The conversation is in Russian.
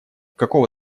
какого